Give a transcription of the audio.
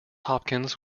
hopkins